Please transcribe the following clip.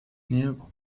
new